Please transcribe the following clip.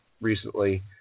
recently